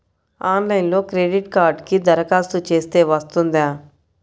ఆన్లైన్లో క్రెడిట్ కార్డ్కి దరఖాస్తు చేస్తే వస్తుందా?